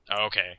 Okay